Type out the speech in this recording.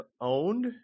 owned